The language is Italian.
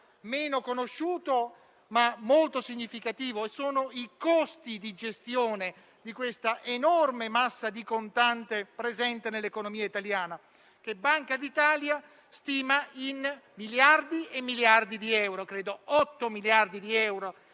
meno conosciuto, ma molto significativo, e sono i costi di gestione di questa enorme massa di contante presente nell'economia italiana, che la Banca d'Italia stima in miliardi di euro - credo si tratti di 8 miliardi di euro